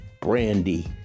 Brandy